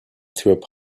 through